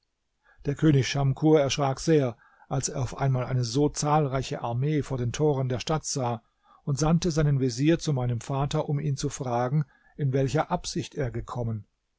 der könig schamkur erschrak sehr als er auf einmal eine so zahlreiche armee vor den toren der stadt sah und sandte seinen vezier zu meinem vater um ihn zu fragen in welcher absicht er gekommen